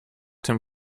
dem